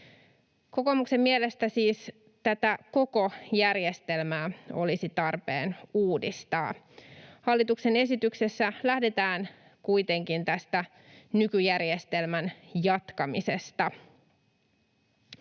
Kokoomuksen mielestä siis tätä koko järjestelmää olisi tarpeen uudistaa. Hallituksen esityksessä lähdetään kuitenkin tästä nykyjärjestelmän jatkamisesta.